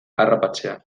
harrapatzea